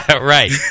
Right